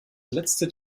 letzte